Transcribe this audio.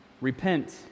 Repent